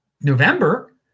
November